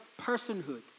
personhood